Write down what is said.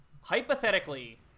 Hypothetically